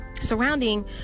surrounding